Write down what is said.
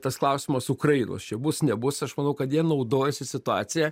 tas klausimas ukrainos čia bus nebus aš manau kad jie naudojasi situacija